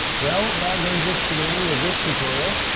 well, that brings us to the end of this tutorial.